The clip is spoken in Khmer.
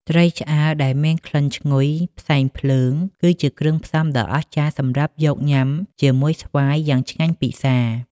ត្រីឆ្អើរដែលមានក្លិនឈ្ងុយផ្សែងភ្លើង គឺជាគ្រឿងផ្សំដ៏អស្ចារ្យសម្រាប់យកញាំជាមួយស្វាយ យ៉ាងឆ្ងាញ់ពិសា។